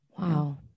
Wow